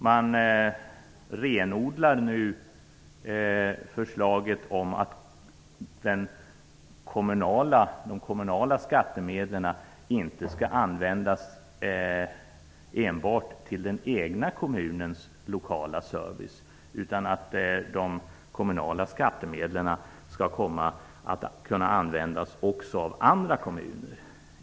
Man renodlar förslaget om att de kommunala skattemedlen inte enbart skall användas till den egna kommunens lokala service, utan de kommunala skattemedlen skall kunna användas också av andra kommuner.